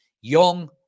young